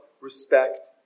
respect